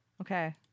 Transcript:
Okay